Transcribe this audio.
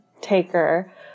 taker